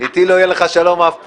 איתי לא יהיה לך שלום אף פעם.